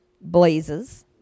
blazes